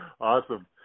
Awesome